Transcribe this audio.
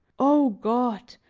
o god!